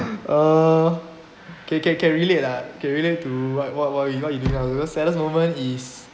ah can can can relate ah can relate to what what what you got you didn't the saddest moment is